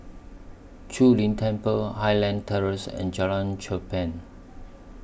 Zu Lin Temple Highland Terrace and Jalan Cherpen